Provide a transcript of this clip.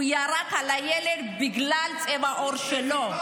הוא ירק על הילד בגלל צבע העור שלו.